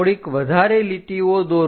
થોડીક વધારે લીટીઓ દોરો